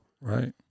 Right